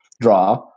draw